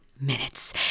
minutes